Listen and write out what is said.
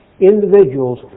individuals